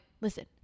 listen